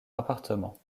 appartement